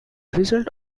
result